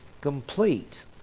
complete